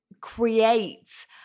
create